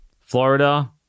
Florida